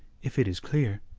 if it is clear?